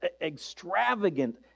extravagant